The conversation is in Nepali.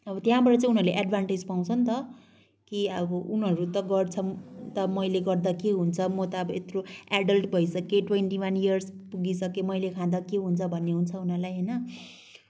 अब त्यहाँबाट चाहिँ एडभान्टेज पाउँछ नि त कि अब उनीहरू त गर्छन् त मैले गर्दा के हुन्छ म त अब यत्रो एडल्ट भइसकेँ ट्वेन्टी वन इयर्स पुगिसकेँ मैले खाँदा के हुन्छ भन्ने हुन्छ उनीहरूलाई होइन